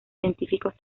científicos